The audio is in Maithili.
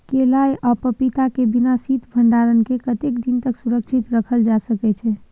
केला आ पपीता के बिना शीत भंडारण के कतेक दिन तक सुरक्षित रखल जा सकै छै?